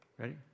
Ready